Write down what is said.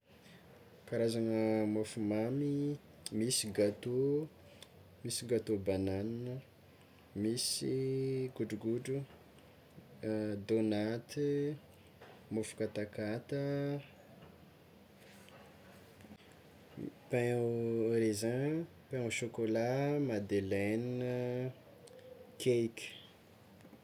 Karazagna mofomamy: misy gateau, misy gateau banane, misy godrogodro, donate, mofo katakata, pain au raisin, pain au chocolat, madeleina, cake.